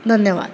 धन्यवाद